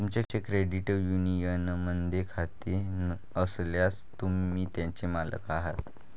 तुमचे क्रेडिट युनियनमध्ये खाते असल्यास, तुम्ही त्याचे मालक आहात